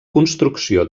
construcció